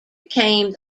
became